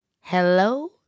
Hello